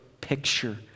picture